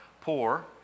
poor